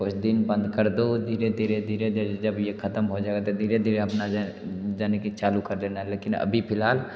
कुछ दिन बंद कर दो धीरे धीरे धीरे धीरे जब ये खत्म हो जाएगा धीरे धीरे अपना जे हैं जानि कि चालू कर देना लेकिन अभी फिलहाल